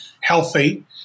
healthy